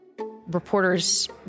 Reporters